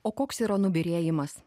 o koks yra nubyrėjimas